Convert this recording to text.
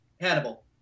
Hannibal